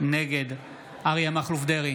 נגד אריה מכלוף דרעי,